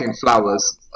flowers